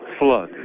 flood